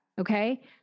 Okay